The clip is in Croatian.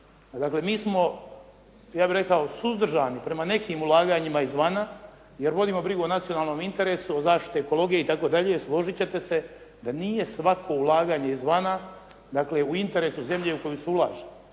dakle nismo ja bih rekao suzdržani prema nekim ulaganjima izvana jer vodimo brigu o nacionalnom interesu, o zaštiti ekologije itd. Složiti ćete se da nije svako ulaganje izvana, dakle u interesu zemlje u koju se ulaže.